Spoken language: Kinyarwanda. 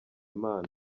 imana